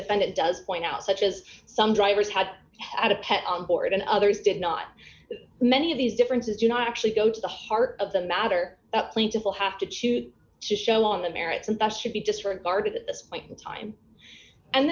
defend it does point out such as some drivers had had a pet on board and others did not many of these differences do not actually go to the heart of the matter plaintiff will have to choose to show on the merits and thus should be disregarded at this point in time and